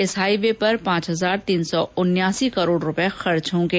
इस हाइवे पर पांच हजार तीन सौ उनियासी करोड़ रूपए खर्च होंगे